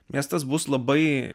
miestas bus labai